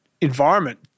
environment